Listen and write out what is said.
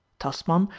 tasman,